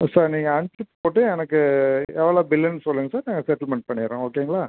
sir நீங்கள் அனுப்ச்சு விட்டு எனக்கு எவ்வளோ பில்லுன்னு சொல்லுங்கள் சார் நாங்கள் செட்டில்மெண்ட் பண்ணிடுறோம் ஓகேங்களா